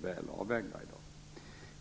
väl avvägda i dag.